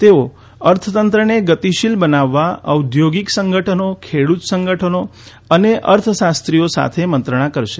તેઓ અર્થતંત્રને ગતિશીલ બનાવવા ઔદ્યોગિક સંગઠનો ખેડુત સંગઠનો અને અર્થશાસ્ત્રીઓ સાથે મંત્રણાઓ કરશે